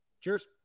Cheers